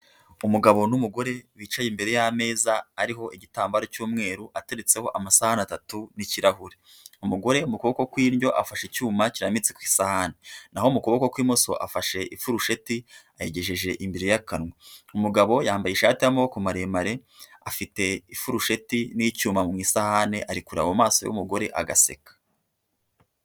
Umugabo n'umugore, bicaye imbere y'ameza, ariho igitambaro cy'umweru, ateretseho amasahani atatu n'ikirahure, umugore mu kuboko kw'indyo afashe icyuma kirambitse ku isahani, naho mu kuboko kw'imoso afashe ifurusheti ayigejeje imbere y'akanwa, umugabo yambaye ishati y'amaboko maremare, afite ifurusheti n'icyuma mu isahani ari kureba mu maso y'umugore agaseka.